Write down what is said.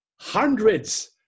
Hundreds